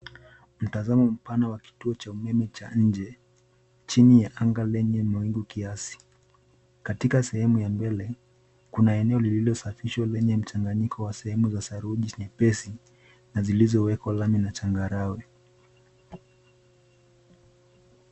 Mtazamo mpana wa kituo cha umeme cha nje chini ya nanga lenye mawingu kiasi. Katika sehemu ya mbele kuna eneo lililosafishwa lenye mchanganyiko wa sehemu za saruji nyepesi na zilizowekwa lami na changarawe